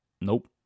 Nope